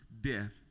death